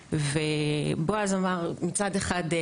בועז אמר מצד אחד,